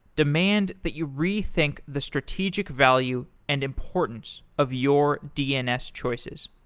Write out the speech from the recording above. demand that you rethink the strategic value and importance of your dns choices.